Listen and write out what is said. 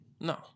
No